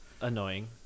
annoying